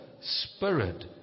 Spirit